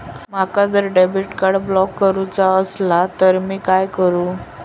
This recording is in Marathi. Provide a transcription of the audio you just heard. माका जर डेबिट कार्ड ब्लॉक करूचा असला तर मी काय करू?